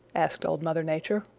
asked old mother nature.